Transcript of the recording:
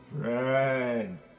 Friend